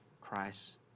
Christ